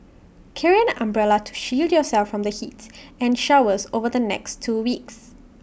carry an umbrella to shield yourself from the heats and showers over the next two weeks